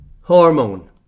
hormone